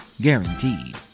Guaranteed